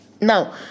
Now